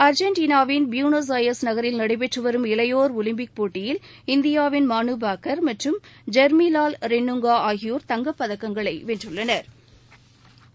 அர்ஜெண்டினாவின் Buenos Aires நகரில் நடைபெற்றுவரும் இளையோர் ஒலிம்பிக் போட்டியில் இந்தியாவின் மலுபாக்கா் மற்றும் ஜொ்மி லாவின்னுங்கா ஆகியோா் தங்கப் பதக்கங்களை வென்றுள்ளனா்